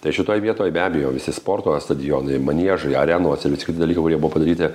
tai šitoj vietoj be abejo visi sporto stadionai maniežai arenos ir visi kiti dalykai kurie buvo padaryti